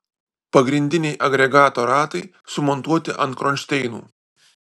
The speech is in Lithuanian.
pagrindiniai agregato ratai sumontuoti ant kronšteinų